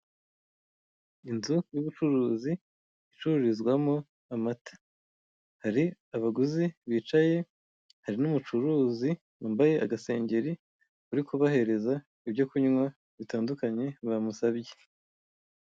Inzu y'ubucuruzi icururizwamo amata, hari abaguzi bicaye hari n'umucuruzi wambaye agasengeri uri kubahereza ibyo kunywa bitandukanye bamusabye.